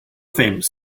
famous